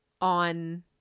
On